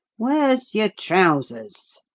where's your trousers?